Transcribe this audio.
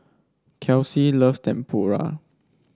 Kelsi loves Tempura